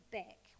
back